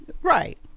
Right